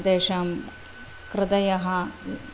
तेषां कृतयः